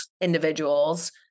individuals